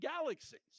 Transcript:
galaxies